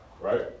right